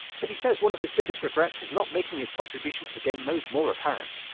but he says one of his biggest regrets was not making his contribution to the gamemode more apparent.